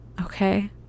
okay